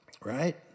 right